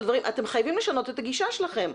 אתם חייבים לשנות את הגישה שלכם.